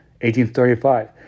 1835